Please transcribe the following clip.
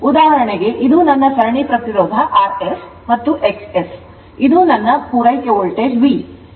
ಉದಾಹರಣೆಗೆ ಇದು ನನ್ನ ಸರಣಿ ಪ್ರತಿರೋಧ rs ಮತ್ತು XS ಮತ್ತು ಇದು ನನ್ನ ಪೂರೈಕೆ ವೋಲ್ಟೇಜ್ V